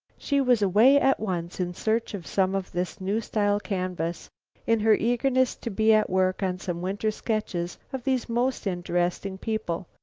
she was away at once in search of some of this new style canvas in her eagerness to be at work on some winter sketches of these most interesting people,